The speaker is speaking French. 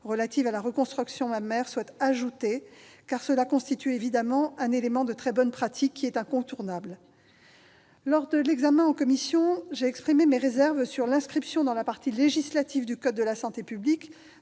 matière de reconstruction mammaire soient ajoutés, car cela constitue évidemment un élément de bonne pratique incontournable. Lors de l'examen en commission, j'ai exprimé mes réserves sur l'inscription dans la partie législative du code de la santé publique